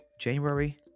January